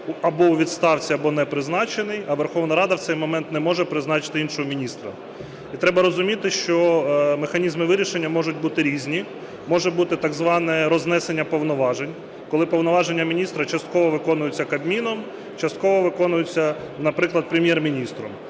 або у відставці, або непризначений, а Верховна Рада в цей момент не може призначити іншого міністра. І треба розуміти, що механізми вирішення можуть бути різні. Може бути так зване рознесення повноважень, коли повноваження міністра частково виконуються Кабміном, частково виконуються, наприклад, Прем'єр-міністром.